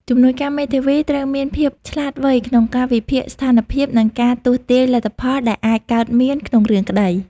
ជំនួយការមេធាវីត្រូវមានភាពឆ្លាតវៃក្នុងការវិភាគស្ថានភាព និងការទស្សន៍ទាយលទ្ធផលដែលអាចកើតមានក្នុងរឿងក្តី។